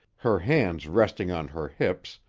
her hands resting on her hips,